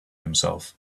himself